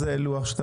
אלקין, מה זה לוח 2?